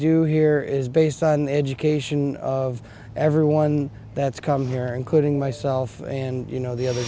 do here is based on education of everyone that's come here including myself and you know the other